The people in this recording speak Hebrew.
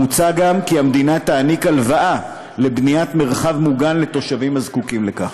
מוצע גם כי המדינה תעניק הלוואה לבניית מרחב מוגן לתושבים הזקוקים לכך,